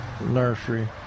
Nursery